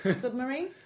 Submarine